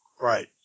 Right